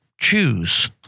choose